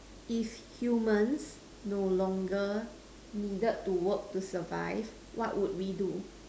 if you must no longer need to work to survive what would we do